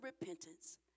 repentance